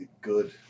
Good